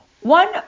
One